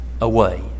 away